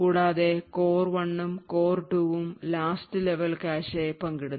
കൂടാതെ കോർ 1 ഉം കോർ 2ഉം last level കാഷെ പങ്കിടുന്നു